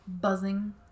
Buzzing